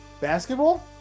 Basketball